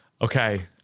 Okay